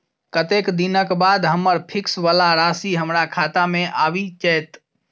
कत्तेक दिनक बाद हम्मर फिक्स वला राशि हमरा खाता मे आबि जैत?